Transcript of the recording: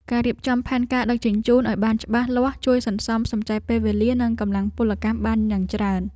ការរៀបចំផែនការដឹកជញ្ជូនឱ្យបានច្បាស់លាស់ជួយសន្សំសំចៃពេលវេលា និងកម្លាំងពលកម្មបានយ៉ាងច្រើន។